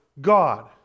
God